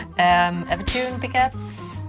and evertune. pickups?